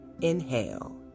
inhale